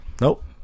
Nope